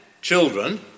children